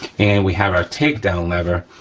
and we have our takedown lever,